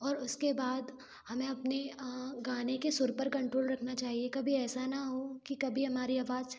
और उसके बाद हमें अपने गाने के सुर पर कंट्रोल रखना चाहिए कभी ऐसा ना हो कि कभी हमारी आवाज